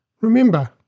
remember